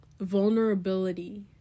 vulnerability